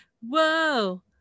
Whoa